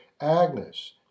Agnes